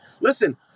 listen